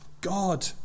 God